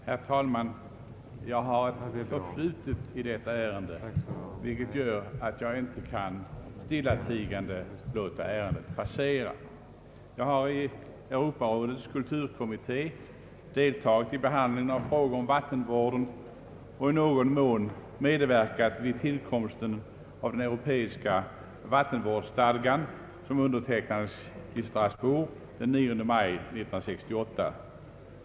Herr talman! Jag har ett förflutet i detta ärende, vilket gör att jag inte kan stillatigande låta saken passera. Jag har i Europarådets kulturkommitté delta git i behandlingen av frågor om vattenvården och i någon mån medverkat i tillkomsten av den europeiska vattenvårdsstadgan som undertecknades i Strasbourg den 9 maj 1968.